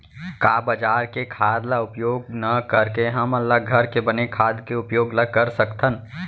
का बजार के खाद ला उपयोग न करके हमन ल घर के बने खाद के उपयोग ल कर सकथन?